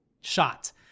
shot